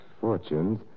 fortunes